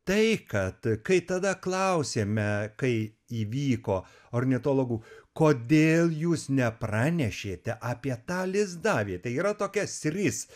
tai kad kai tada klausėme kai įvyko ornitologų kodėl jūs nepranešėte apie tą lizdavietę yra tokia sris